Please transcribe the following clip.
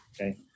Okay